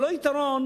ולא יתרון